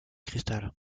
crystal